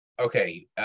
okay